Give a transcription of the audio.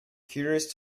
curious